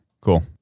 cool